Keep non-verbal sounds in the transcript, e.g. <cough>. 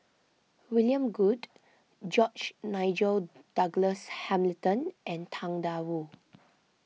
William Goode George Nigel <noise> Douglas Hamilton and Tang Da Wu